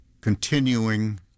continuing